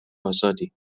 آزادی